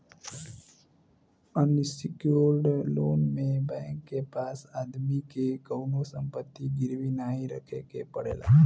unsecured loan में bank के पास आदमी के कउनो संपत्ति गिरवी नाहीं रखे के पड़ला